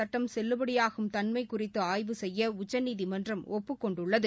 சட்டம் பெல்லுபடியாகும் தன்மைகுறித்துஆய்வு செய்யஉச்சநீதிமன்றம் ஒப்புக் முத்தலாக் கொண்டுள்ளது